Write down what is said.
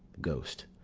ghost.